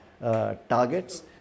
targets